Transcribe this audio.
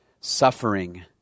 suffering